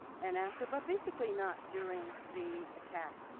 and after but basically not during the attack.